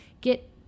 get